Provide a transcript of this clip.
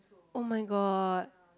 [oh]-my-god